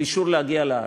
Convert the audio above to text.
של אישור להגיע לארץ.